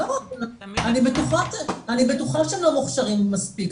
אני בטוחה שהם לא מוכשרים מספיק,